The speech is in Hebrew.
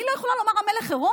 אני לא יכולה לומר "המלך עירום"?